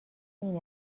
این